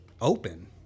open